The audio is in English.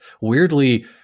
weirdly